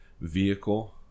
Vehicle